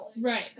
Right